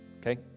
okay